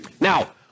Now